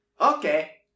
Okay